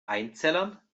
einzellern